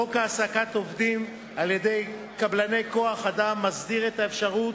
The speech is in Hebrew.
חוק העסקת עובדים על-ידי קבלני כוח-אדם מסדיר את האפשרות